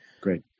Great